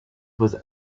was